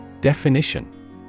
Definition